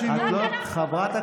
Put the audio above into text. לא ראית מה